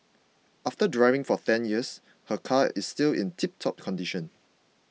after driving for ten years her car is still in tiptop condition